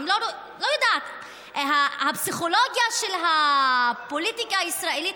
הפסיכולוגיה של הפוליטיקה הישראלית,